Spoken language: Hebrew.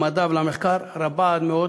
למדע ולמחקר רבה עד מאוד,